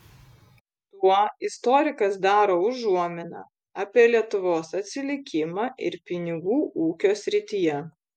tuo istorikas daro užuominą apie lietuvos atsilikimą ir pinigų ūkio srityje